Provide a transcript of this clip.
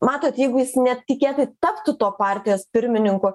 matot jeigu jis netikėtai taptų to partijos pirmininku